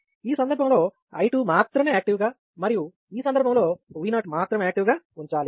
ఈ సందర్భంరెండవలో I2 మాత్రమే యాక్టివ్ గా మరియు ఈ సందర్భంమూడవలో V0 మాత్రమే యాక్టివ్ గా ఉంచాలి